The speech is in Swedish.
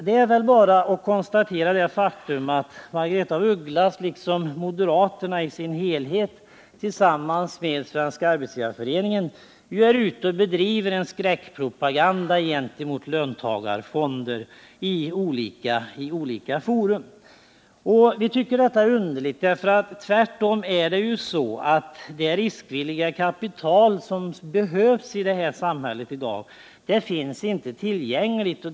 Det är väl bara att konstatera det faktum att Margaretha af Ugglas och moderaterna i sin helhet tillsammans med Svenska arbetsgivareföreningen bedriver en skräckpropaganda gentemot löntagarfonderna i olika fora. Vi tycker att detta är underligt, när det tvärtom är så att det riskvilliga kapital som behövs i dag i samhället inte finns tillgängligt.